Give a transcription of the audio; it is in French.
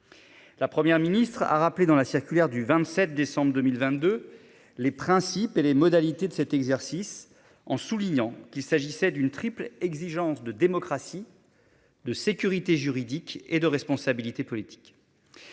La Première ministre a rappelé dans la circulaire du 27 décembre 2022. Les principes et les modalités de cet exercice en soulignant qu'il s'agissait d'une triple exigence de démocratie. De sécurité juridique et de responsabilité politique.